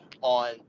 on